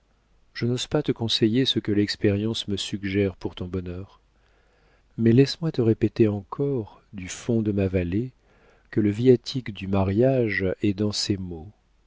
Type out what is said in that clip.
je n'ose pas te conseiller ce que l'expérience me suggère pour ton bonheur mais laisse-moi te répéter encore du fond de ma vallée que le viatique du mariage est dans ces mots